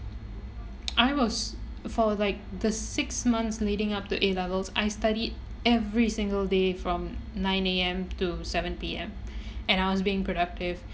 I was for like the six months leading up to A-levels I studied every single day from nine A_M to seven P_M and I was being productive